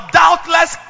doubtless